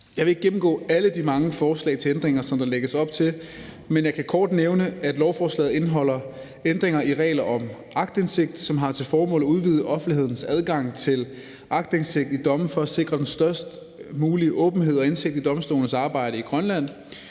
Jeg vil ikke gennemgå alle de mange forslag til ændringer, der lægges op til, men jeg kan kort nævne, at lovforslaget indeholder ændringer i regler om aktindsigt, som har til formål at udvide offentlighedens adgang til aktindsigt i domme for at sikre den størst mulige åbenhed og indsigt i domstolenes arbejde i Grønland.